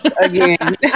again